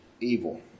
evil